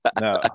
no